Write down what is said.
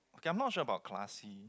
okay I'm not sure about classy